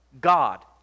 God